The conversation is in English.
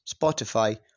Spotify